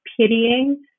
pitying